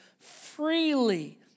freely